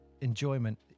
enjoyment